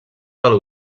del